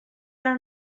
alla